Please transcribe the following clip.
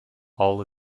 all